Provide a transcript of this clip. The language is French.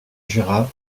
jura